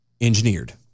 engineered